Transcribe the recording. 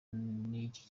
n’icyo